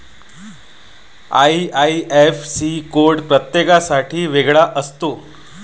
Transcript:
IIFC code प्रत्येकासाठी वेगळा असतो